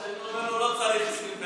השני אומר לו: לא צריך 24 שעות.